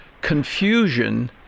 confusion